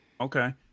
Okay